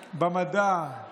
במדע,